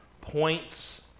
points